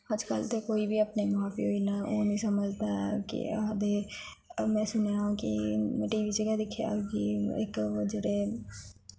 अजकल्ल ते कोई बी अपने मां प्यो गी इन्ना ओह् निं समझदा ऐ केह् आक्खदे में सुनेआ हा कि एह् टी वी च गे दिक्खेआ हा कि इक जेह्ड़े